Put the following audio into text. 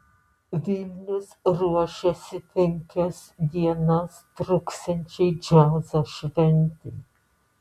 vilnius ruošiasi penkias dienas truksiančiai džiazo šventei